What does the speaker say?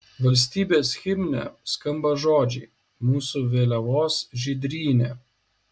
valstybės himne skamba žodžiai mūsų vėliavos žydrynė